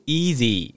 easy